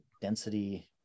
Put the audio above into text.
density